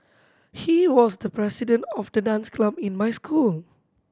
he was the president of the dance club in my school